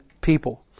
people